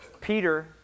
Peter